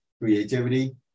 creativity